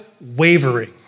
wavering